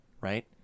Right